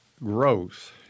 growth